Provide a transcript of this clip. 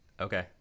okay